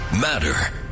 matter